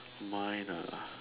mine ah